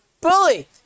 Bully